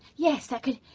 yes, that could,